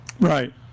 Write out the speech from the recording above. Right